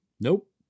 Nope